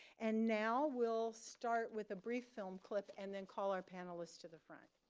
and now we'll start with a brief film clip and then call our panelists to the front.